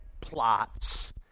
plots